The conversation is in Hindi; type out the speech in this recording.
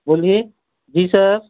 बोलिए जी सर